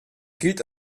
gilt